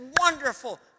wonderful